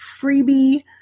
freebie